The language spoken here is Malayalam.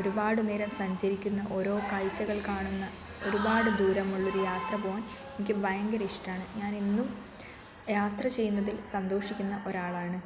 ഒരുപാട് നേരം സഞ്ചരിക്കുന്ന ഓരോ കാഴ്ചകൾ കാണുന്ന ഒരുപാട് ദൂരമുള്ളൊരു യാത്ര പോവാൻ എനിക്ക് ഭയങ്കര ഇഷ്ടമാണ് ഞാനെന്നും യാത്ര ചെയ്യുന്നതിൽ സന്തോഷിക്കുന്ന ഒരാളാണ്